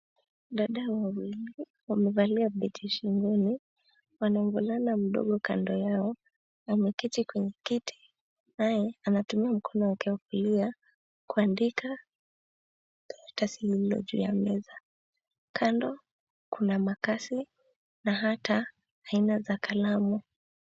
Dada wawili wamevalia vibeti shingoni wana na mvulana mdogo kando yao, ameketi kwenye kiti naye anatumia mkono wake wa kulia kuandika karatasi lililo juu ya meza. Kando kuna makasi na hata aina za kalamu.